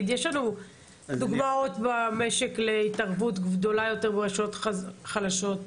יש לנו דוגמאות במשק להתערבות גדולה יותר ברשויות חלשות.